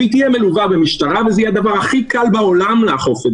היא תהיה מלווה במשטרה וזה יהיה הדבר הכי קל בעולם לאכוף.